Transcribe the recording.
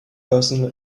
personal